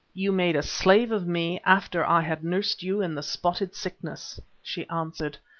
you made a slave of me after i had nursed you in the spotted sickness, she answered,